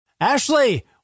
Ashley